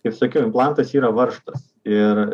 kaip sakiau implantas yra varžtas ir